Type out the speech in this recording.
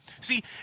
See